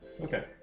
okay